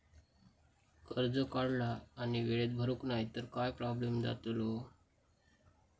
कर्ज काढला आणि वेळेत भरुक नाय तर काय प्रोब्लेम जातलो काय?